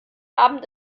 abend